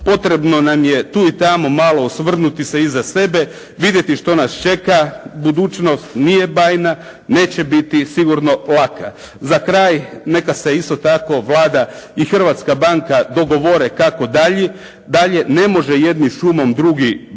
Potrebno nam je tu i tamo malo osvrnuti se iza sebe. Vidjeti što nas čeka. Budućnost nije bajna. Neće biti sigurno laka. Za kraj neka se isto tako Vlada i Hrvatska banka dogovore kako dalje? Dalje ne može jedni šumom drugi drumom.